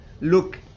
look